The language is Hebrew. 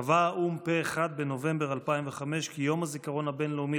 קבע האו"ם פה אחד בנובמבר 2005 כי יום הזיכרון הבין-לאומי